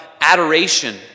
adoration